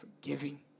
forgiving